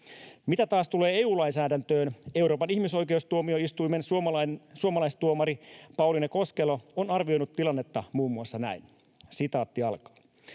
Mitä taas tulee EU-lainsäädäntöön, Euroopan ihmisoikeustuomioistuimen suomalaistuomari Pauliine Koskelo on arvioinut tilannetta muun muassa näin: ”Kuinka